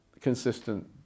consistent